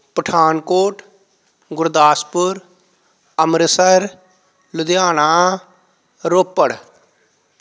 Pathankot Gurdaspur Amritsar Ludhiana Ropar